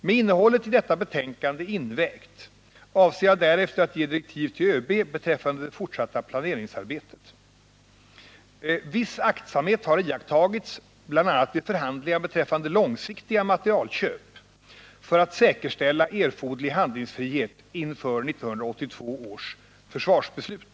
Med innehållet i detta betänkande invägt, avser jag därefter att ge direktiv till ÖB beträffande det fortsatta planeringsarbetet. Viss aktsamhet har iakttagits, bl.a. vid förhandlingar beträffande långsiktiga materielköp, för att säkerställa erforderlig handlingsfrihet inför 1982 års försvarsbeslut.